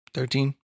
Thirteen